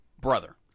brother